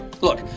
Look